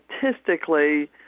statistically